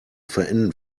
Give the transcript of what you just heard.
verenden